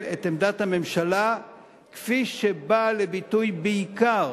את עמדת הממשלה כפי שבאה לביטוי בעיקר